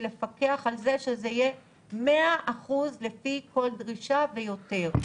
לפקח על זה שזה יהיה מאה אחוז לפי כל דרישה ויותר.